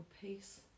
peace